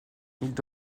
doivent